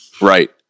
Right